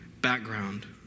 background